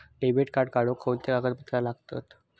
Debit card काढुक कोणते कागदपत्र लागतत?